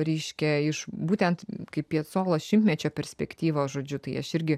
reiškia iš būtent kaip piacolo šimtmečio perspektyvos žodžiu tai aš irgi